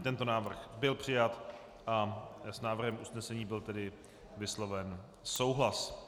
Tento návrh byl přijat, s návrhem usnesení byl tedy vysloven souhlas.